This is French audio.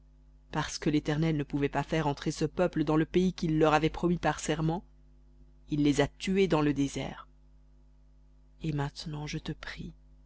parce que l'éternel ne pouvait pas faire entrer ce peuple dans le pays qu'il leur avait promis par serment il les a tués dans le désert et maintenant je te prie